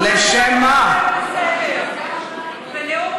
זאב ז'בוטינסקי היה מתבייש בך.